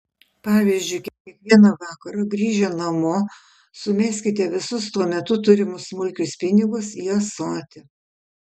pavyzdžiui kiekvieną vakarą grįžę namo sumeskite visus tuo metu turimus smulkius pinigus į ąsotį